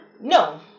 No